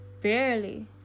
Barely